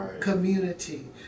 community